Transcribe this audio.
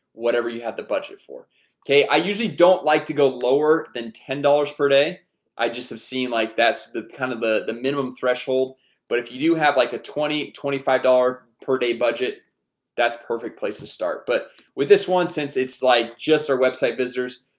whatever you had the budget for okay, i usually don't like to go lower than ten dollars per day i just have seen like that's the kind of the the minimum threshold but if you do have like a twenty twenty-five dollar per day budget that's perfect place to start but with this one since it's like just our website visitors.